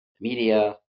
media